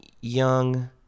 young